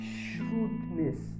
shrewdness